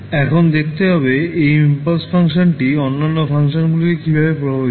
এখন দেখতে হবে এই ইম্পালস ফাংশনটি অন্যান্য ফাংশনগুলিকে কীভাবে প্রভাবিত করে